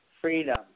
Freedom